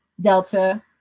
Delta